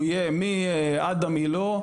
מאדם-מילא,